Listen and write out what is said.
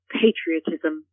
patriotism